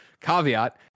Caveat